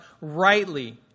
rightly